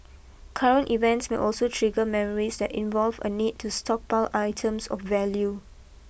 current events may also trigger memories that involve a need to stockpile items of value